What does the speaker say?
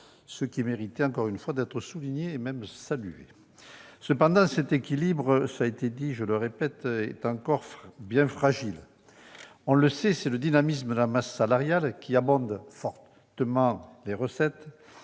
ce qui méritait, encore une fois, d'être souligné et même salué. Cependant, et je répète ce qui a déjà été dit, cet équilibre est encore bien fragile. On le sait, c'est le dynamisme de la masse salariale qui abonde fortement les recettes,